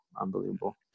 Unbelievable